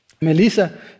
Melissa